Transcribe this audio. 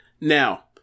Now